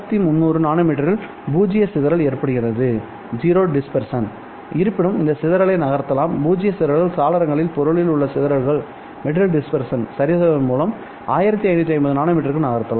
1300 நானோமீட்டரில் பூஜ்ஜிய சிதறல் ஏற்படுகிறது இருப்பினும் இந்த சிதறலை நகர்த்தலாம் பூஜ்ஜியம் சிதறல் சாளரங்களை பொருளில் உள்ள சிதறல்களை சரிசெய்வதன் மூலம் 1550 நானோமீட்டருக்கு நகர்த்தலாம்